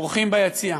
אורחים ביציע.